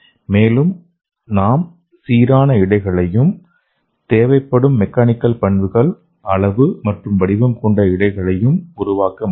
மேலும் நாம் சீரான இழைகளையும் தேவைப்படும் மெக்கானிக்கல் பண்புகள் அளவு மற்றும் வடிவம் கொண்ட இழைகளையும் உருவாக்கமுடியும்